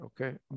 okay